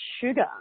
sugar